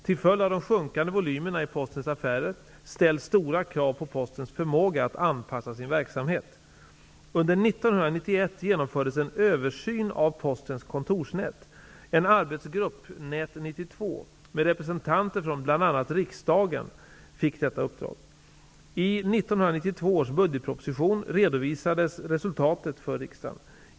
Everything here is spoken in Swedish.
Till följd av de sjunkande volymerna i Postens affärer ställs stora krav på Postens förmåga att anpassa sin verksamhet. Under 1991 gnomfördes en översyn av Postens kontorsnät. En arbetsgrupp -- Nät 92 -- med representanter från bl.a. riksdagen fick detta uppdrag. I 1992 års budgetproposition redovisades resultatet för riksdagen.